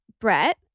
Brett